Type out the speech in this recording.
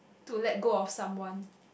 to let go of someone